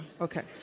Okay